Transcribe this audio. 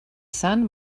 sun